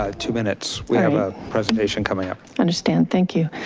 ah two minutes, we have a presentation coming up. understand, thank you.